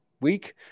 week